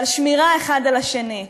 ועל שמירה אחד על השני,